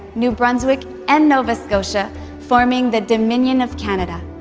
new brunswick and nova scotia forming the dominion of canada.